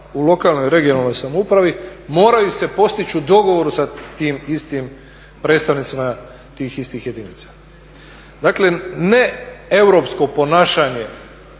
u lokalnoj i regionalnoj samoupravi moraju se postići u dogovoru sa tim istim predstavnicima tih istih jedinica. Dakle, ne europsko ponašanje